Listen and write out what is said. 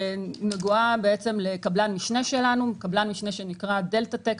נוגעת לקבלן משנה שלנו שנקרא דלתא טק,